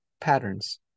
patterns